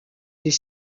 des